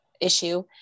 issue